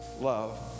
love